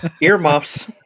Earmuffs